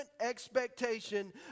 expectation